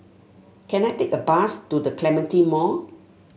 can I take a bus to The Clementi Mall